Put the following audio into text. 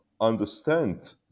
understand